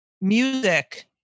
music